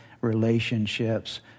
relationships